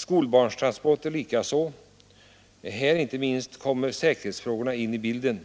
Skolbarnstransporter går också ofta på enskilda vägar, och inte minst här kommer säkerhetsfrågorna in i bilden.